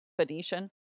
Phoenician